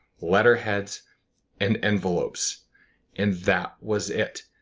letterheads and envelopes and that was it.